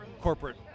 corporate